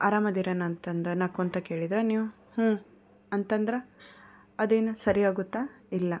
ಅರಮದಿರಣ್ಣ ಅಂತ ಅಂದ್ರೆ ನಕ್ಕೊಳ್ತಾ ಕೇಳಿದರೆ ನೀವು ಹ್ಞೂಂ ಅಂತ ಅಂದ್ರೆ ಅದೇನು ಸರಿ ಹೋಗುತ್ತಾ ಇಲ್ಲ